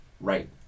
Right